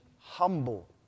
humble